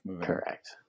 Correct